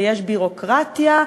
ויש ביורוקרטיה,